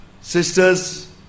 sisters